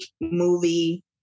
movie